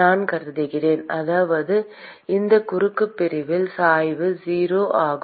நான் கருதுகிறேன் அதாவது இந்த குறுக்கு பிரிவில் சாய்வு 0 ஆகும்